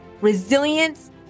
resilience